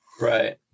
Right